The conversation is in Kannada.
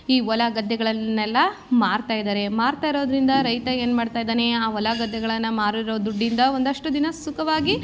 ಈ ಹೊಲ ಗದ್ದೆಗಳನ್ನೆಲ್ಲ ಮಾರ್ತಾಯಿದಾರೆ ಮಾರ್ತಾಯಿರೋದರಿಂದ ರೈತ ಏನು ಮಾಡ್ತಾಯಿದ್ದಾನೆ ಆ ಹೊಲ ಗದ್ದೆಗಳನ್ನು ಮಾರಿರೋ ದುಡ್ಡಿಂದ ಒಂದಷ್ಟು ದಿನ ಸುಖವಾಗಿ